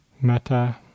metta